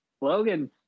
logan